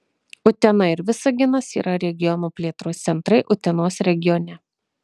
utena ir visaginas yra regiono plėtros centrai utenos regione